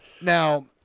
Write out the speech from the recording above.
Now